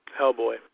Hellboy